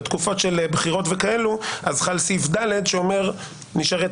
בתקופות של בחירות וכאלה חל סעיף (ד) שנשארת